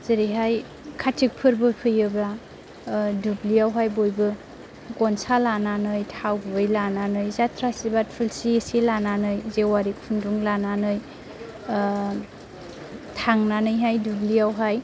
जेरैहाय कार्थिक फोरबो फैयोब्ला दुब्लियावहाय बयबो गनसा लानानै थाव गुबै लानानै जाथ्रासि बा थुलसि इसे लानानै जेवारि खुन्दुं लानानै थांनानै दुब्लियावहाय